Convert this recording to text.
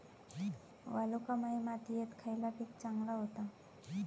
वालुकामय मातयेत खयला पीक चांगला होता?